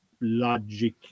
logic